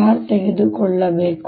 r×Mr ತೆಗೆದುಕೊಳ್ಳಬೇಕು